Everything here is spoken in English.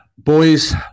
Boys